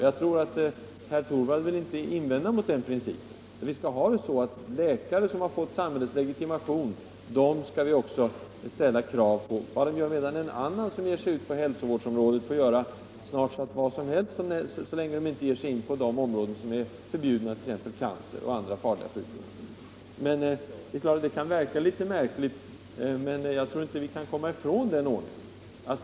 Jag tror att herr Torwald inte vill invända mot den principen. Läkare som har fått samhällets legitimation skall vi ställa särskilda krav på. Var och en annan som ägnar sig åt hälsovård får göra snart sagt vad som helst, så länge han inte ger sig in på de områden som är förbjudna, t.ex. cancer och andra farliga sjukdomar. Det kan verka märkligt, men jag tror inte att vi kan komma ifrån den ordningen.